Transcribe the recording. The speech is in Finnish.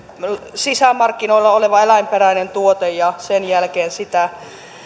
sisämarkkinoilla oleva eläinperäinen tuote ja sen jälkeen sitä